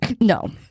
No